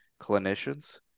clinicians